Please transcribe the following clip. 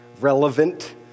relevant